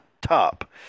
top